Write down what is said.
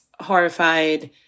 horrified